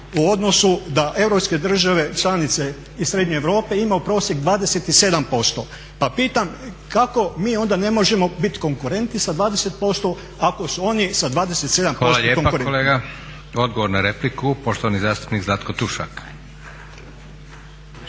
u odnosu da europske države članice i srednje Europe imaju prosjek 27%. Pa pitam kako mi onda ne možemo bit konkurentni sa 20%, ako su oni sa 27% konkurentni. **Leko, Josip (SDP)** Hvala lijepa kolega. Odgovor na repliku, poštovani zastupnik Zlatko Tušak.